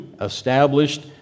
established